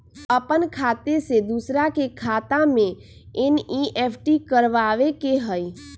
अपन खाते से दूसरा के खाता में एन.ई.एफ.टी करवावे के हई?